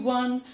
one